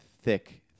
thick